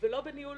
ולא בניהול